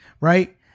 right